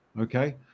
okay